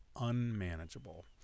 unmanageable